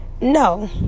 No